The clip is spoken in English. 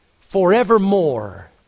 forevermore